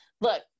look